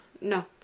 No